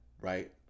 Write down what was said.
right